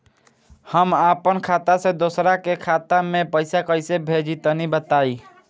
हम आपन खाता से दोसरा के खाता मे पईसा कइसे भेजि तनि बताईं?